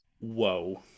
whoa